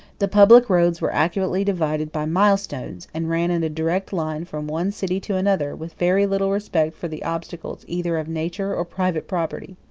the public roads were accurately divided by mile-stones, and ran in a direct line from one city to another, with very little respect for the obstacles either of nature or private property.